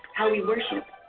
how we worship,